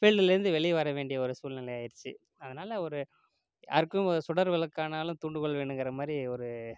ஃபீல்டுலேந்து வெளியே வர வேண்டிய ஒரு சூழ்நிலை ஆகிருச்சு அதனால் ஒரு யாருக்கும் சுடர் விளக்கானாலும் தூண்டுகோல் வேணுங்கிற மாதிரி ஒரு